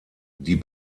die